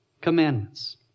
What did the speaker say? commandments